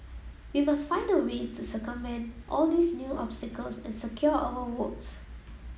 we must find a way to circumvent all these new obstacles and secure our votes